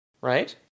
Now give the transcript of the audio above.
right